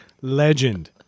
legend